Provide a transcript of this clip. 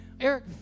eric